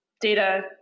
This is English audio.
data